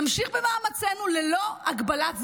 נמשיך במאמצינו ללא הגבלת זמן.